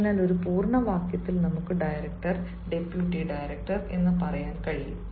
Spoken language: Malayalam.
അതിനാൽ ഒരു പൂർണ്ണ വാക്യത്തിൽ നമുക്ക് ഡയറക്ടർ ഡെപ്യൂട്ടി ഡയറക്ടർ എന്ന് പറയാൻ കഴിയും